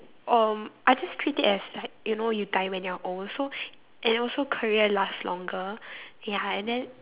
um I just treat it as like you know you die when you're old so and also career lasts longer ya and then